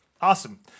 Awesome